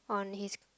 on his